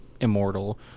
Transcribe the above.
immortal